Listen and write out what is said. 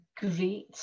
great